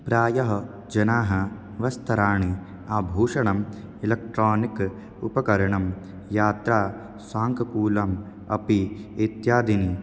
प्रायः जनाः वस्त्राणि आभूषणम् इलेक्ट्रानिक् उपकरणं यात्रासाङ्ककूलम् अपि इत्यादीनि